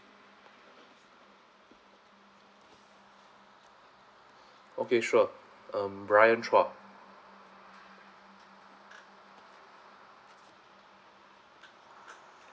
okay sure um brian chua